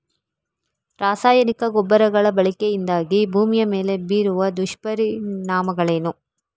ರಾಸಾಯನಿಕ ಗೊಬ್ಬರಗಳ ಬಳಕೆಯಿಂದಾಗಿ ಭೂಮಿಯ ಮೇಲೆ ಬೀರುವ ದುಷ್ಪರಿಣಾಮಗಳೇನು?